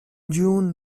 june